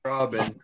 Robin